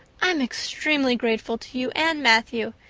i'm extremely grateful to you and matthew.